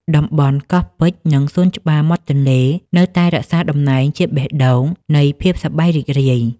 តំបន់កោះពេជ្រ និងសួនច្បារមាត់ទន្លេ នៅតែរក្សាតំណែងជាបេះដូងនៃភាពសប្បាយរីករាយ។